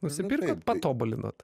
nusipirkot patobulinot